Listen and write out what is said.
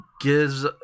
gives